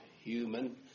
human